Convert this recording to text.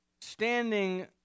standing